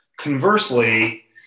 Conversely